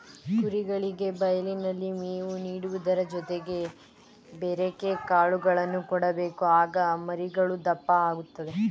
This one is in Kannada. ಕುರಿಗಳಿಗೆ ಬಯಲಿನಲ್ಲಿ ಮೇವು ನೀಡುವುದರ ಜೊತೆಗೆ ಬೆರೆಕೆ ಕಾಳುಗಳನ್ನು ಕೊಡಬೇಕು ಆಗ ಮರಿಗಳು ದಪ್ಪ ಆಗುತ್ತದೆ